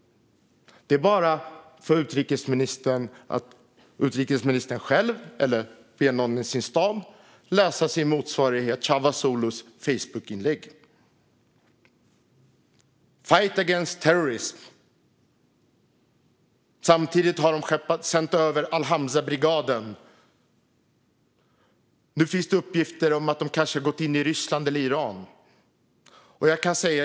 Det är bara för utrikesministern att själv läsa - eller be någon i sin stab göra det - Facebookinlägg från sin motsvarighet Çavusoglu: Fight against terrorism! Samtidigt har de sänt över al-Hamza-brigaden. Nu finns det uppgifter om att de kanske har gått in i Ryssland eller Iran. Fru talman!